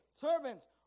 servants